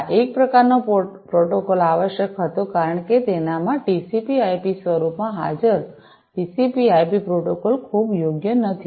આ પ્રકારનો પ્રોટોકોલ આવશ્યક હતો કારણ કે તેનામાં ટીસીપી આઈપી સ્વરૂપમાં હાજર ટીસીપી આઈપી પ્રોટોકોલ ખૂબ યોગ્ય નથી